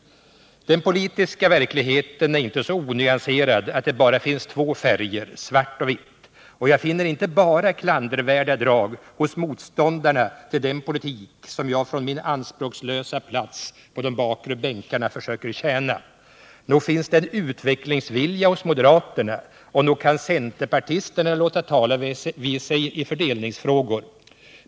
Den politiska verkligheten är inte så onyanserad att det bara finns två färger, svart och vitt. Och jag finner inte bara klandervärda drag hos motståndarna till den politik som jag från min anspråkslösa plats på de bakre bänkarna försöker tjäna. Nog finns det en utvecklingsvilja hos moderaterna, och nog kan center partisterna låta tala vid sig i fördelningsfrågor.